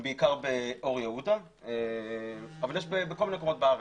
הם בעיקר באור יהודה ובעוד מקומות בארץ.